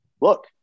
Look